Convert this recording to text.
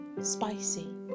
Spicy